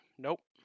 Nope